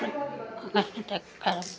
देखि देखि कए